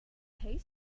haste